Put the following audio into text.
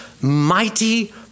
mighty